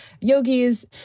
yogis